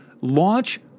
launch